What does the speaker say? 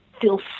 feel